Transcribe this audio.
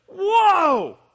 Whoa